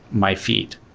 my feed,